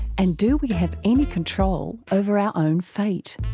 and do we have any control over our own fate?